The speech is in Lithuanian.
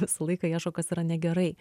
visą laiką ieško kas yra negerai